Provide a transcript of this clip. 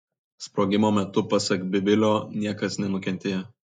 sprogimo metu pasak bivilio niekas nenukentėjo